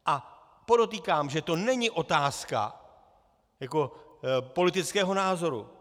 A podotýkám, že to není otázka politického názoru.